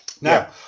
Now